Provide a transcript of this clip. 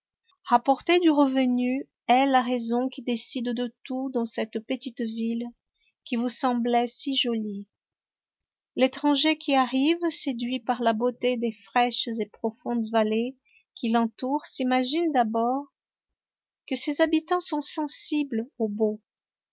rapporter du revenu est la raison qui décide de tout dans cette petite ville qui vous semblait si jolie l'étranger qui arrive séduit par la beauté des fraîches et profondes vallées qui l'entourent s'imagine d'abord que ses habitants sont sensibles au beau